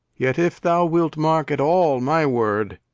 yet if thou wilt mark at all my word,